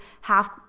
half